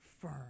firm